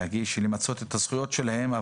למצות את הזכויות שלהם,